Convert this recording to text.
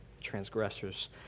transgressors